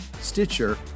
Stitcher